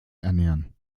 ernähren